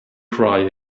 cry